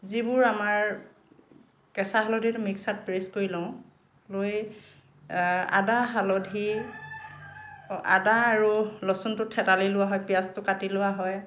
যিবোৰ আমাৰ কেঁচা হালধিৰ মিক্সাৰত পেষ্ট কৰি লওঁ লৈ আদা হালধি অঁ আদা আৰু লচুনটো থেতালি লোৱা হয় পিঁয়াজটো কাটি লোৱা হয়